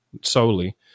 solely